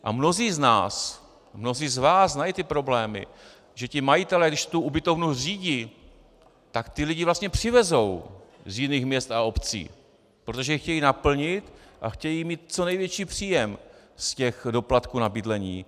A mnozí z nás, mnozí z vás znají ty problémy, že ti majitelé, když tu ubytovnu zřídí, tak ty lidi vlastně přivezou z jiných měst a obcí, protože ji chtějí naplnit a chtějí mít co největší příjem z doplatků na bydlení.